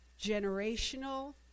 generational